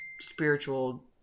spiritual